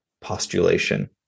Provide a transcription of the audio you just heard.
postulation